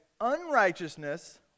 unrighteousness